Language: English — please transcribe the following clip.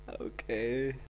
okay